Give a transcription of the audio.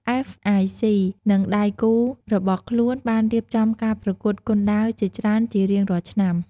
អ្វេស អាយ សុី និងដៃគូរបស់ខ្លួនបានរៀបចំការប្រកួតគុនដាវជាច្រើនជារៀងរាល់ឆ្នាំ។